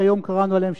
שהיום קראנו עליהן,